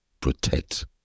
Protect